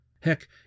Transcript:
Heck